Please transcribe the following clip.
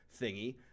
thingy